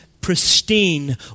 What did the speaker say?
pristine